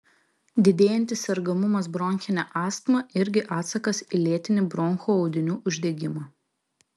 didėjantis sergamumas bronchine astma irgi atsakas į lėtinį bronchų audinių uždegimą